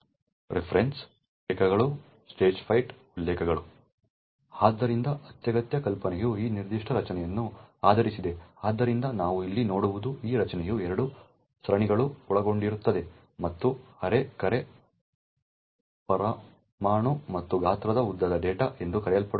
Referencesಉಲ್ಲೇಖಗಳು Stagefrightಉಲ್ಲೇಖಗಳು ಆದ್ದರಿಂದ ಅತ್ಯಗತ್ಯ ಕಲ್ಪನೆಯು ಈ ನಿರ್ದಿಷ್ಟ ರಚನೆಯನ್ನು ಆಧರಿಸಿದೆ ಆದ್ದರಿಂದ ನಾವು ಇಲ್ಲಿ ನೋಡುವುದು ಈ ರಚನೆಯು 2 ಸರಣಿಗಳನ್ನು ಒಳಗೊಂಡಿರುತ್ತದೆ ಒಂದು ಅರೇ ಕರೆ ಪರಮಾಣು ಮತ್ತು ಗಾತ್ರದ ಉದ್ದದ ಡೇಟಾ ಎಂದು ಕರೆಯಲ್ಪಡುವ ಮತ್ತೊಂದು ರಚನೆ